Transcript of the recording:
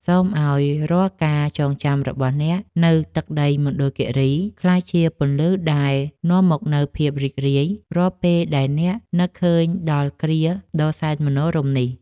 សូមឱ្យរាល់ការចងចាំរបស់អ្នកនៅទឹកដីមណ្ឌលគីរីក្លាយជាពន្លឺដែលនាំមកនូវភាពរីករាយរាល់ពេលដែលអ្នកនឹកឃើញដល់គ្រាដ៏សែនមនោរម្យនោះ។